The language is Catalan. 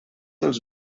els